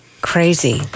Crazy